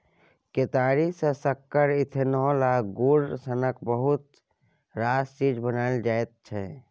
केतारी सँ सक्कर, इथेनॉल आ गुड़ सनक बहुत रास चीज बनाएल जाइ छै